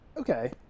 Okay